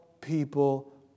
people